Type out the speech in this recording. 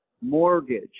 mortgage